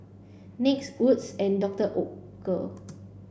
NYX Wood's and Doctor Oetker